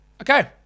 Okay